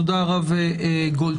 תודה הרב גולדשטיין.